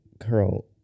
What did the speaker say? curl